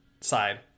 side